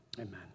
amen